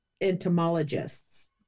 entomologists